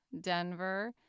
Denver